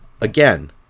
again